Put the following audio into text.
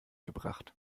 gebracht